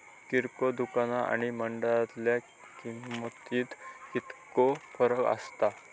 किरकोळ दुकाना आणि मंडळीतल्या किमतीत कितको फरक असता?